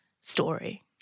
story